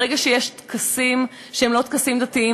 ברגע שיש טקסים שהם לא טקסים דתיים,